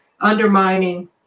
undermining